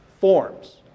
forms